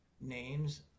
names